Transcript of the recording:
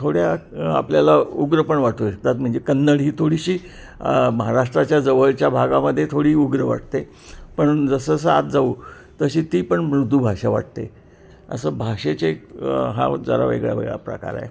थोड्या आपल्याला उग्र पण वाटू शकतात म्हणजे कन्नड ही थोडीशी महाराष्ट्राच्या जवळच्या भागामध्ये थोडी उग्र वाटते पण जसजसं आत जाऊ तशी ती पण मृदू भाषा वाटते असं भाषेचे एक हा जरा वेगळा वेगळा प्रकार आहे